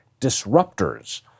disruptors